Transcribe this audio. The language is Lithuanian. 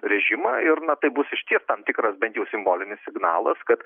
režimą ir na tai bus išties tam tikras bent jau simbolinis signalas kad